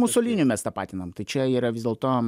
musolinį mes tapatinam tai čia yra vis dėlto